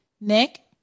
Nick